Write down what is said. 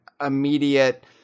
immediate